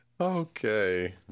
Okay